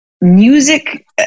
music